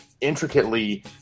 intricately